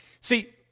See